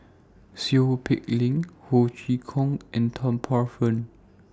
Seow Peck Leng Ho Chee Kong and Tan Paey Fern